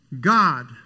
God